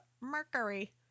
Mercury